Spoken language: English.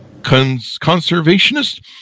conservationist